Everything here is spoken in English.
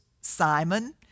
Simon